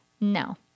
No